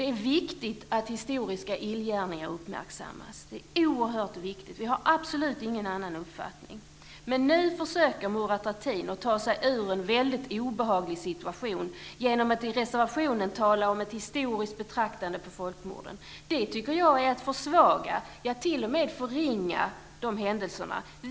Det är oerhört viktigt att historiska illgärningar uppmärksammas. Vi har absolut ingen annan uppfattning. Men nu försöker Murad Artin ta sig ur en väldigt obehaglig situation genom att i reservationen tala om ett historiskt betraktande av folkmorden. Jag tycker att det är att försvaga, t.o.m. förringa, de händelserna.